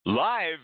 Live